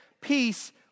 peace